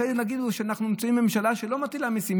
ואחרי זה יגידו שאנחנו נמצאים בממשלה שלא מטילה מיסים.